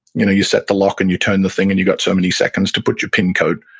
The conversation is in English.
you know you set the lock and you turn the thing, and you got so many seconds to put your pin code.